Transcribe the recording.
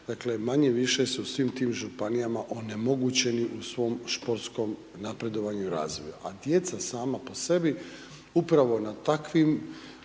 manje-više su u svim tim županijama onemogućeni u svom športskom napredovanju i razvoju a djeca sama po sebi upravo na takvim